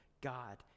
God